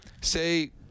say